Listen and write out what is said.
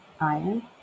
iron